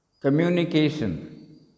communication